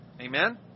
Amen